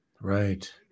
Right